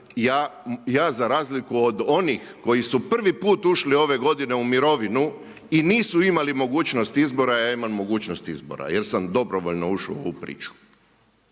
Ja za razliku od onih koji su prvi put ušli ove godine u mirovinu, i nisu imali mogućnost izbora, ja imam mogućnost izbora. Jer sa dobrovoljno ušao u ovu priču.